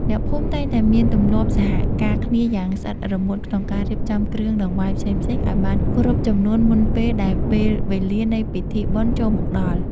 អ្នកភូមិតែងតែមានទម្លាប់សហការគ្នាយ៉ាងស្អិតរមួតក្នុងការរៀបចំគ្រឿងដង្វាយផ្សេងៗឱ្យបានគ្រប់ចំនួនមុនពេលដែលពេលវេលានៃពិធីបុណ្យចូលមកដល់។